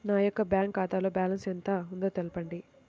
నా యొక్క బ్యాంక్ ఖాతాలో బ్యాలెన్స్ ఎంత ఉందో తెలపండి?